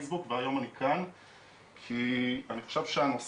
עוסקת בסמים ואלכוהול כי אני יכול להגיד